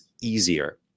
easier